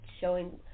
showing